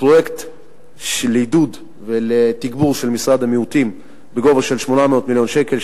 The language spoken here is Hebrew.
הפרויקט של עידוד ותגבור של משרד המיעוטים בגובה של 800 מיליון שקל,